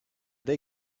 they